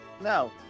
No